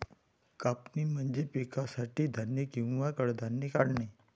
कापणी म्हणजे पिकासाठी धान्य किंवा कडधान्ये काढणे